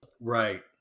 Right